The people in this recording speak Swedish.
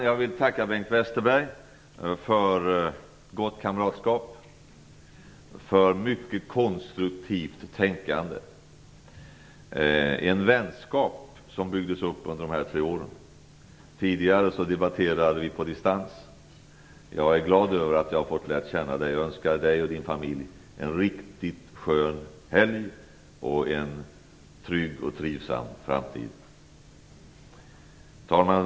Jag vill tacka Bengt Westerberg för ett gott kamratskap, för ett mycket konstruktivt tänkande och för en vänskap som byggdes upp under dessa tre år. Tidigare debatterade vi på distans. Jag är glad över att jag har fått lära känna dig. Jag önskar dig och din familj en riktigt skön helg och en trygg och trivsam framtid. Herr talman!